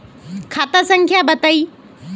खाता संख्या बताई?